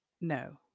No